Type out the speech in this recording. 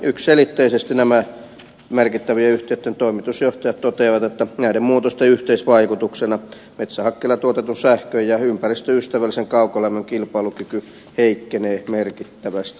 yksiselitteisesti nämä merkittävien yhtiöitten toimitusjohtajat toteavat että näiden muutosten yhteisvaikutuksena metsähakkeella tuotetun sähkön ja ympäristöystävällisen kaukolämmön kilpailukyky heikkenee merkittävästi